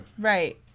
Right